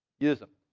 use them.